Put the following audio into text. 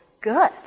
good